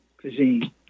cuisine